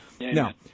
Now